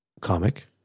comic